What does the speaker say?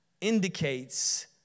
indicates